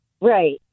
Right